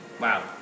Wow